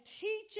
teaching